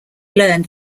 learned